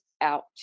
out